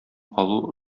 алу